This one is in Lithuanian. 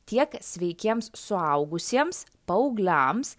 tiek sveikiems suaugusiems paaugliams